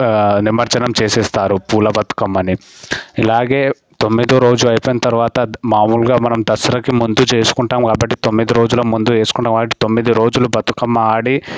నిమజ్జనం చేసేస్తారు పూల బతుకమ్మని ఇలాగే తొమ్మిదో రోజు అయిపోయిన తరువాత మామూలుగా మనం దసరాకి ముందు చేసుకుంటాము కాబట్టి తొమ్మిది రోజులు ముందు చేసుకుంటాము కాబట్టి తొమ్మిది రోజులు బతుకమ్మ ఆడి